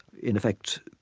in effect,